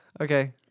Okay